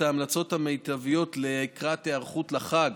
ההמלצות המיטביות לקראת ההיערכות לחג,